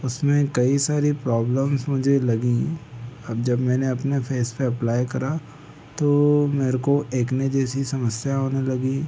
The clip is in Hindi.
उसमें कई सारी प्रॉब्लम्स मुझे लगी जब मैंने अपने फेस पर अप्लाई करा तो मेरे को एकने जैसी समस्या होने लगी